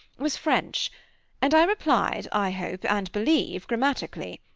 was french and i replied, i hope and believe grammatically.